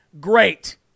great